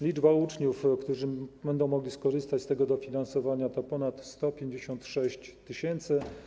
Liczba uczniów, którzy będą mogli skorzystać z tego dofinansowania, to ponad 156 tys.